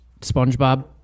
Spongebob